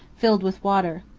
filled with water.